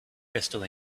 crystal